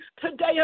today